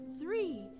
three